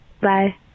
Bye